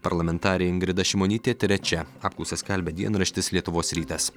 parlamentarė ingrida šimonytė trečia apklausą skelbia dienraštis lietuvos rytas